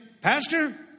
Pastor